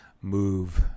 move